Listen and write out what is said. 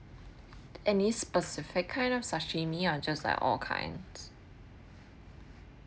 any specific kind of sashimi or just like all kinds